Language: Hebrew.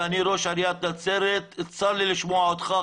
אני ראש עיריית נצרת, צר לי לשמוע אותך.